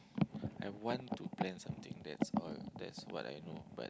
I want to plan something that's all that's what I know but